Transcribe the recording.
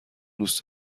دوست